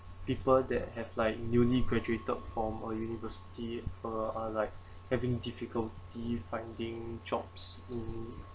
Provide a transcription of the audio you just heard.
people that have like newly graduated from a university uh are like having difficulty finding jobs in